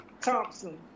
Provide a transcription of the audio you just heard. Thompson